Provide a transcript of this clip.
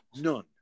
None